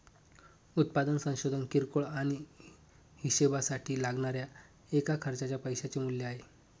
उत्पादन संशोधन किरकोळ आणि हीशेबासाठी लागणाऱ्या एका खर्चाच्या पैशाचे मूल्य आहे